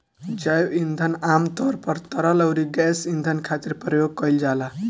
जैव ईंधन आमतौर पर तरल अउरी गैस ईंधन खातिर प्रयोग कईल जाला